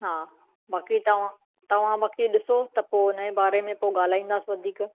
हा बाक़ी तव्हां तव्हां बाक़ी ॾिसो त पोइ उन जे बारे में पोइ ॻाल्हाईंदासे वधीक